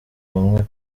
ubumwe